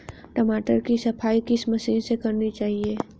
टमाटर की सफाई किस मशीन से करनी चाहिए?